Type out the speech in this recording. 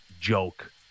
joke